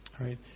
right